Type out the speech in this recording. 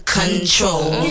control